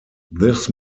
this